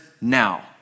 now